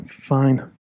fine